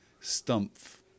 Stumpf